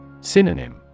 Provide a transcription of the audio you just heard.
Synonym